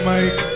Mike